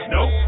Nope